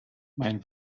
mein